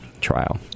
trial